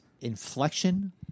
inflection